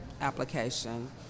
application